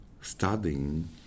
studying